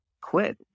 quit